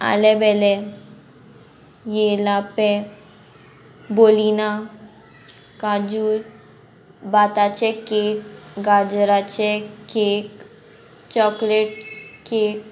आलेबेले येला पे बोलिना काजू बाताचे केक गाजराचे केक चॉकलेट केक